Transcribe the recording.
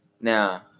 Now